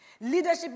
Leadership